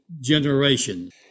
generations